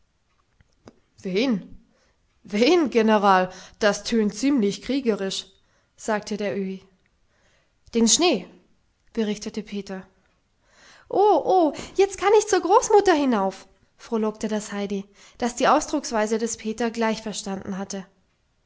wen wen general das tönt ziemlich kriegerisch sagte der öhi den schnee berichtete peter oh oh jetzt kann ich zur großmutter hinauf frohlockte das heidi das die ausdrucksweise des peter gleich verstanden hatte